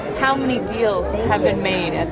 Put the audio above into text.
how many deals have been made at